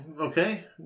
Okay